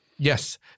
Yes